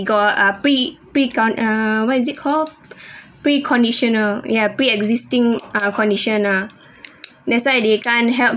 got uh pre pre con~ uh what is it called pre conditional ya pre existing ah condition ah that's why they can't help